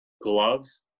gloves